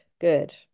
good